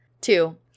Two